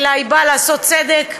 אלא היא באה לעשות צדק,